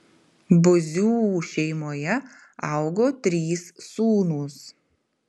buzių šeimoje augo trys sūnūs